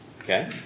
Okay